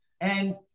And-